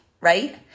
Right